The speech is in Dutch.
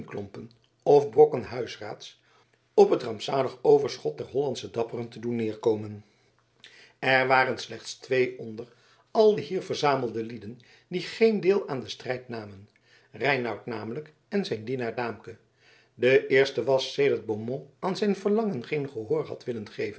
steenklompen of brokken huisraads op het rampzalig overschot der hollandsche dapperen te doen nederkomen er waren slechts twee onder al de hier verzamelde lieden die geen deel aan den strijd namen reinout namelijk en zijn dienaar daamke de eerste was sedert beaumont aan zijn verlangen geen gehoor had willen geven